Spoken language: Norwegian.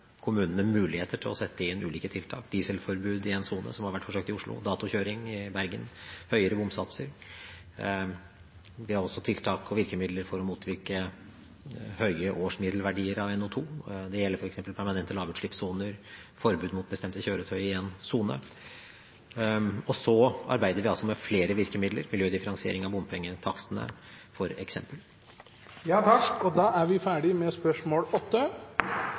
kommunene muligheter til å sette inn ulike tiltak – dieselforbud i en sone, som har vært forsøkt i Oslo, datokjøring, som i Bergen, høyere bomsatser. Vi har også tiltak og virkemidler for å motvirke høye årsmiddelverdier av NO 2 . Det gjelder f.eks. permanente lavutslippssoner og forbud mot bestemte kjøretøy i en sone. Og så arbeider vi med flere virkemidler – miljødifferensiering av